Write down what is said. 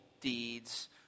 deeds